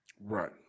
Right